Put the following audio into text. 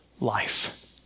life